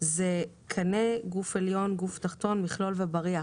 זה קנה, גוף עליון, גוף תחתון, מכלול ובריח.